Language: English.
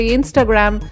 Instagram